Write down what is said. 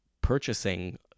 purchasing